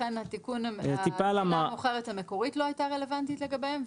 ולכן תיקון התחילה המאוחרת המקורית לא הייתה רלוונטית לגביהם,